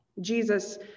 Jesus